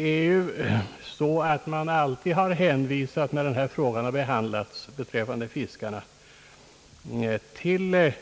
När frågan beträffande fiskarna har behandlats har man alltid hänvisat till